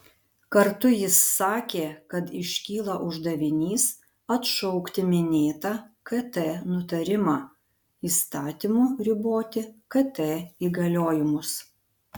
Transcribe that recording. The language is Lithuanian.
kartu jis sakė kad iškyla uždavinys atšaukti minėtą kt nutarimą įstatymu riboti kt įgaliojimus